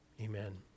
Amen